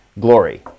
glory